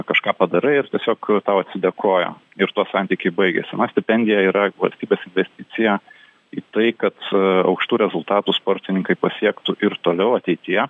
kažką padarai ir tiesiog tau atsidėkojo ir tuo santykiai baigėsi na stipendija yra valstybės investicija į tai kad aukštų rezultatų sportininkai pasiektų ir toliau ateityje